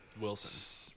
Wilson